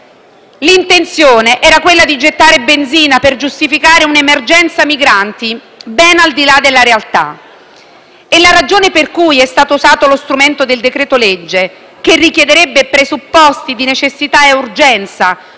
L'intenzione era quella di gettare benzina per giustificare un'emergenza migranti ben al di là della realtà ed è la ragione per cui è stato usato lo strumento del decreto-legge, che richiederebbe presupposti di necessità e urgenza,